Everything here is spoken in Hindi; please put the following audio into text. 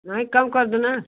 नहीं कम कर दोना